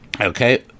Okay